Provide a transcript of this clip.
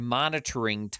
monitoring